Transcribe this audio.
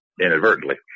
inadvertently